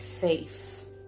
faith